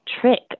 trick